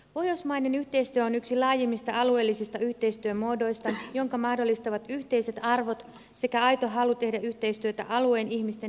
pohjoismainen yhteistyö on yksi laajimmista alueellisista yhteistyömuodoista jonka mahdollistavat yhteiset arvot sekä aito halu tehdä yhteistyötä alueen ihmisten hyvinvoinnin eteen